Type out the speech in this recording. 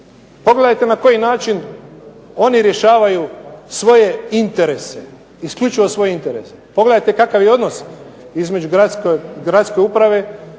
Pogledajte na koji način oni rješavaju svoje interese, isključivo svoje interese. Pogledajte kakav je odnos između gradske uprave